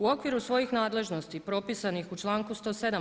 U okviru svojih nadležnosti propisanih u članku 107.